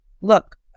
look